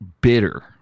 bitter